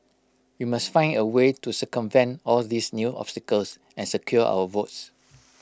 we must find A way to circumvent all these new obstacles and secure our votes